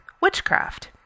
Witchcraft